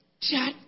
chat